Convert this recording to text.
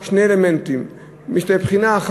בהצבעה שמית יש שני אלמנטים: מבחינה אחת,